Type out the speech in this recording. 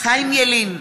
חיים ילין,